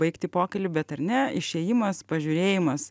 baigti pokalbį bet ar ne išėjimas pažiūrėjimas